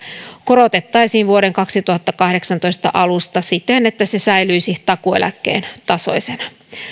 korotettaisiin vuoden kaksituhattakahdeksantoista alusta siten että se säilyisi takuueläkkeen tasoisena